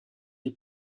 des